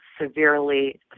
severely